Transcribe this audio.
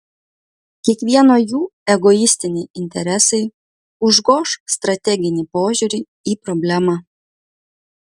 kiekvieno jų egoistiniai interesai užgoš strateginį požiūrį į problemą